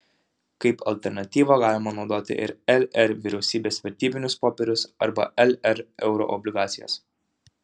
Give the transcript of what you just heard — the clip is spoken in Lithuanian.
kaip alternatyvą galima naudoti ir lr vyriausybės vertybinius popierius arba lr euroobligacijas